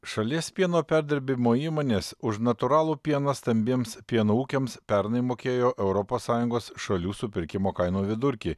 šalies pieno perdirbimo įmonės už natūralų pieną stambiems pieno ūkiams pernai mokėjo europos sąjungos šalių supirkimo kainų vidurkį